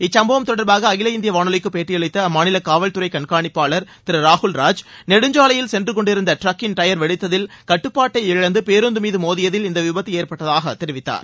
இச்சம்பவம் தொடர்பாக அகில இந்திய வானொலிக்கு பேட்டியளித்த அம்மாநில காவல்துறை கண்காணிப்பாளர் திரு ராகுல்ராஜ் நெடுஞ்சாலையில் சென்றுகொண்டிருந்த டிரக்கின் டயர் வெடித்ததில் கட்டுப்பாட்டை இழந்து பேருந்து மீது மோதியதில் இந்த விபத்து ஏற்பட்டதாக தெரிவித்தார்